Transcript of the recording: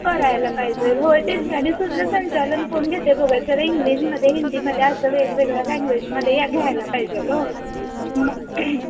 करायला पायजेल हो तेच आणि सूत्रसंचालन कोण घेते बघत जरा इंग्लिशमध्ये हिंदीमध्ये असं वेगवेगळ्या लैंग्वेजमध्ये या घ्यायला पायजेल हो मग